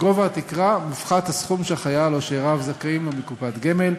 מגובה התקרה מופחת הסכום שהחייל או שאיריו זכאים לו מקופת גמל,